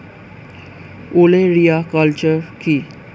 ওলেরিয়া কালচার কি?